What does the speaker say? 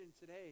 today